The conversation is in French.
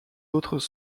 autres